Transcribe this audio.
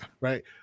right